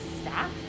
staff